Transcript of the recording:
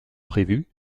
prévu